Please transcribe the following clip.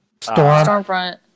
Stormfront